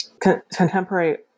contemporary